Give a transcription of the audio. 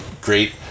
great